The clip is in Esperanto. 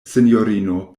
sinjorino